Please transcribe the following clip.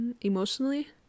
emotionally